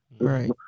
Right